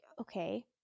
okay